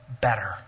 better